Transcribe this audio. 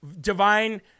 divine